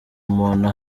umuntu